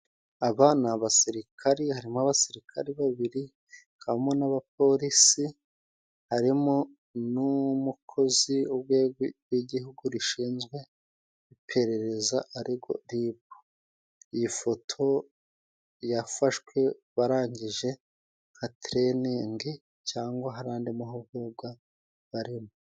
Aba ni abasirikari, harimo abasirikare babiri, hakabamo n'abapolisi, harimo n'umukozi wurwego rw'igihugu rushinzwe iperereza, arirwo ribu, iyi foto yafashwe barangije tireyiningi cyangwa hari andi mahugurwa barimo.